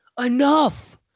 enough